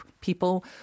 people